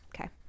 Okay